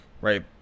right